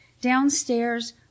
downstairs